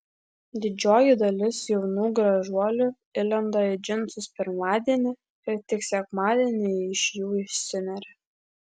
didžioji dalis jaunų gražuolių įlenda į džinsus pirmadienį ir tik sekmadienį iš jų išsineria